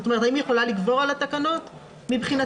האם היא יכולה לגבור על התקנות מבחינתך?